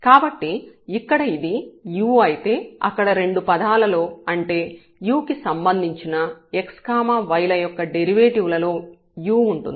కాబట్టి ఇక్కడ ఇది u అయితే అక్కడ రెండు పదాలలో అంటే u కి సంబంధించిన x y ల యొక్క డెరివేటివ్ లలో u ఉంటుంది